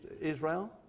Israel